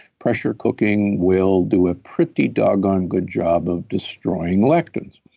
pressure cooking will do a pretty doggone good job of destroying lectins.